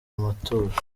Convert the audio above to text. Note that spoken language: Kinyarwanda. matora